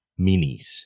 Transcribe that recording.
minis